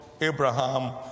Abraham